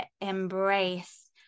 embrace